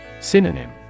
Synonym